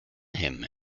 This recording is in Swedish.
hem